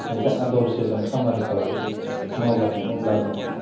मोनसे आदरसोजों खामानिखौ मावदों अब्ला जों